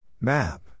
Map